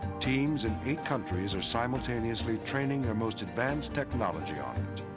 teams in eight countries are simultaneously training their most advanced technology on it,